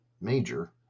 major